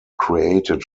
created